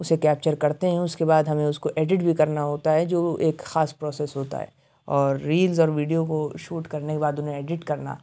اسے کیپچر کرتے ہیں اس کے بعد ہمیں اس کو ایڈٹ بھی کرنا ہوتا ہے جو وہ ایک خاص پروسس ہوتا ہے اور ریلز اور ویڈیو کو شوٹ کرنے کے بعد انہیں ایڈٹ کرنا